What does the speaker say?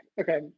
okay